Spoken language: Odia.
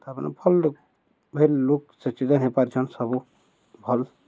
ତାପରେ ଭଲ୍ ଲ ଭ ଲୁକ୍ ସେଚିତ ହୋଇପାରିଛନ୍ ସବୁ ଭଲ୍